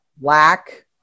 Lack